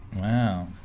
Wow